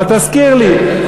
אבל תזכיר לי,